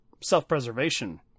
self-preservation